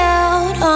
out